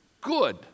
good